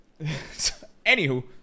Anywho